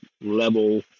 level